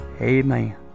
Amen